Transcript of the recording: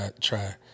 try